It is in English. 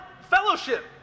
fellowship